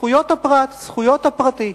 זכויות הפרט, זכויות הפרטי.